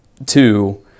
two